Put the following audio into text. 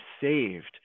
saved